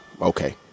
okay